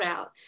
out